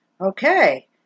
Okay